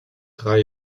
drei